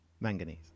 Manganese